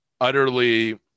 utterly